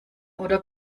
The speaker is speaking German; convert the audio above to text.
oder